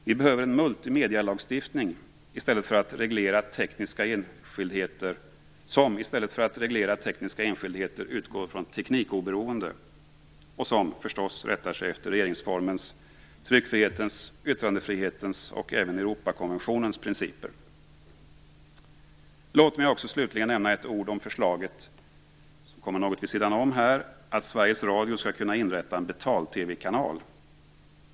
Vi behöver en multimedialagstiftning som i stället för att reglera tekniska enskildheter utgår från teknikoberoende och som förstås rättar sig efter regeringsformens, tryckfrihetens, yttrandefrihetens och även Europakonventionens principer. Låt mig också slutligen nämna något om förslaget som kommer något vid sidan om här, att Sveriges Radio skall kunna inrätta en betal-TV-kanal.